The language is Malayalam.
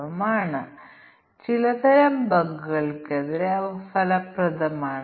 കൂടാതെ ചിലപ്പോൾ ഞങ്ങൾക്ക് ഇവിടെ ധാരാളം ബൂളിയൻ അവസ്ഥകളുണ്ട്